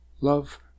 Love